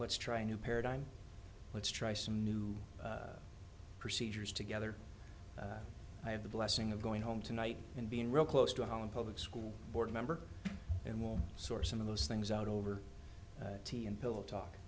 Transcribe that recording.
let's try a new paradigm let's try some new procedures together i have the blessing of going home tonight and being real close to home and public school board member and will source some of those things out over tea and bill talk